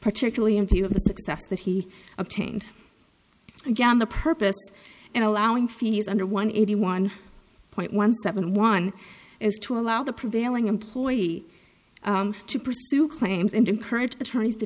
particularly in view of the success that he obtained again the purpose in allowing fees under one eighty one point one seven one is to allow the prevailing employee to pursue claims and encourage attorneys to